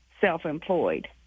self-employed